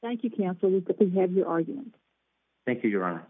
thank you cancel your argument thank you you're on